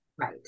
right